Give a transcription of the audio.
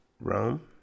Rome